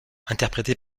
interprété